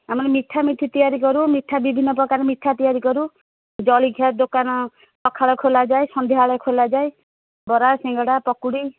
ଆମେ ମିଠା ମିଠି ତିଆରି କରୁ ମିଠା ବିଭିନ୍ନ ପ୍ରକାର ମିଠା ତିଆରି କରୁ ଜଳଖିଆ ଦୋକାନ ସକାଳ ଖୋଲାଯାଏ ସନ୍ଧ୍ୟାବେଳେ ଖୋଲାଯାଏ ବରା ସିଙ୍ଗଡ଼ା ପକୁଡ଼ି